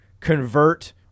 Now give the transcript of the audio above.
convert